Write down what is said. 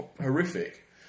horrific